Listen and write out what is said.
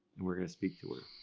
and we're going to speak to her.